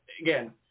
Again